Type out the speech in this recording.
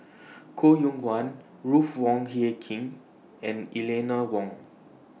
Koh Yong Guan Ruth Wong Hie King and Eleanor Wong